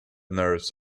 nerves